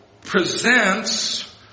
presents